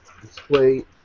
display